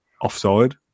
offside